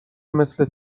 مثل